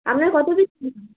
আপনার কত পিস